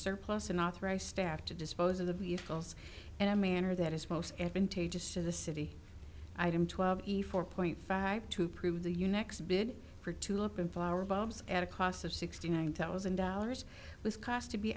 surplus and authorize staff to dispose of the vehicles and a manner that is most advantageous to the city item twelve four point five to prove the you next bid for tulip in flower bulbs at a cost of sixty nine thousand dollars with cost to be